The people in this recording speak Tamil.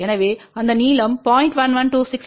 எனவே அந்த நீளம் 0